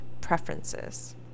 preferences